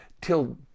till